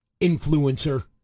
influencer